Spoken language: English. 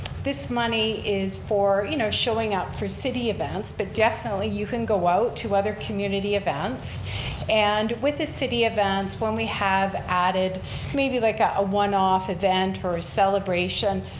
this money is for you know showing up for city events but definitely, you can go out to other community events and with the city events, when we have added like ah a one off event or a celebration,